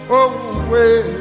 away